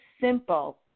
simple